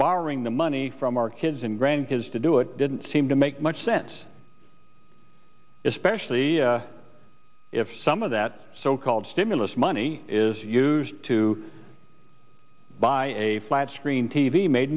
borrowing the money from our kids and grandkids to do it didn't seem to make much sense especially if some of that so called stimulus money is used to buy a flat screen t v made